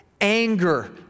anger